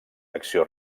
acció